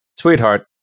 Sweetheart